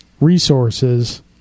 resources